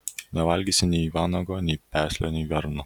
nevalgysi nei vanago nei peslio nei varno